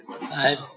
Five